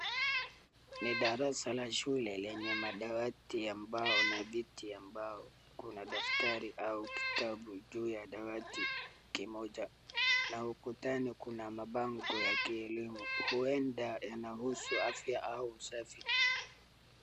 Ni darasa la shule lenye madawati ya mbao na viti ya mbao. Kuna daftari au kitabu juu ya dawati kimoja na ukutani kuna mabango ya kielimu. Huenda yanahusu afya au usafi.